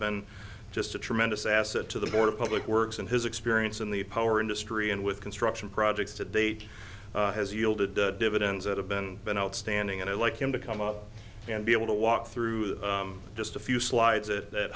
been just a tremendous asset to the board of public works and his experience in the power industry and with construction projects to date has yielded the dividends that have been been outstanding and i like him to come out and be able to walk through just a few slides that